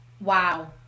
Wow